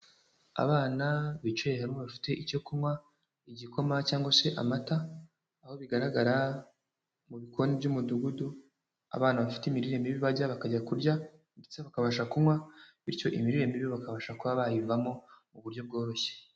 Abana bicaye hamwe bafite icyo kunywa igikoma cyangwa se amata, aho bigaragara mu bikoni by'umudugudu abana bafite imirire mibi bajya bakajya kurya ndetse bakabasha kunywa, bityo imirire mibi bakabasha kuba bayivamo mu buryo bworoshye.